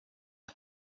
are